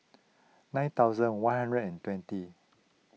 nine thousand one hundred and twenty